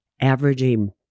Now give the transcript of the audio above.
averaging